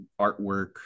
artwork